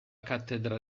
cattedra